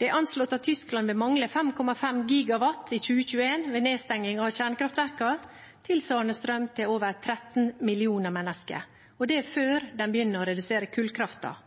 Det er anslått at Tyskland vil mangle 5,5 GW i 2021 ved nedstengning av kjernekraftverkene, tilsvarende strøm til over 13 millioner mennesker. Og det er før en begynner å redusere kullkraften.